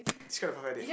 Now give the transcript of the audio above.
describe the perfect date